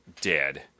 dead